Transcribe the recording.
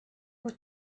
with